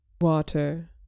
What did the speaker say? water